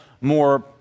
more